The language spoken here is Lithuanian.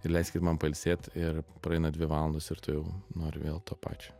ir leiskit man pailsėt ir praeina dvi valandos ir tu jau nori vėl to pačio